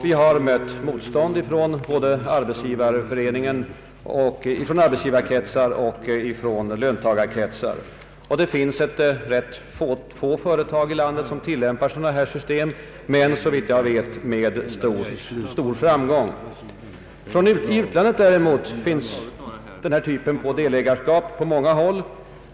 Vi har mött motstånd i både arbetsgivarkretsar och löntagarkretsar. Rätt få företag här i landet tillämpar sådana system, men de gör det, såvitt jag vet, med stor framgång. I utlandet finns den här typen av delägarskap på många håll.